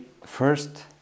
first